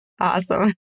Awesome